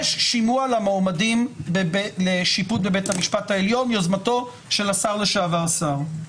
יש שימוע למועמדים לשיפוט בבית המשפט העליון ביוזמתו של השר לשעבר סער.